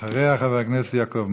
אחריה, חבר הכנסת יעקב מרגי.